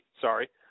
Sorry